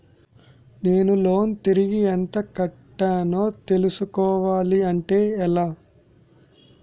నేను లోన్ తిరిగి ఎంత కట్టానో తెలుసుకోవాలి అంటే ఎలా?